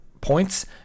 points